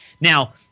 Now